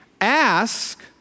Ask